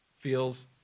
feels